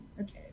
okay